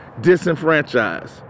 disenfranchised